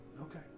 Okay